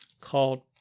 called